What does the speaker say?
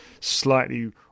slightly